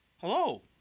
Hello